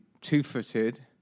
two-footed